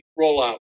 rollout